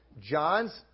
John's